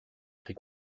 pris